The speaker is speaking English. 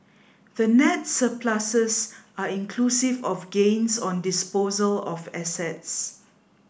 the net surpluses are inclusive of gains on disposal of assets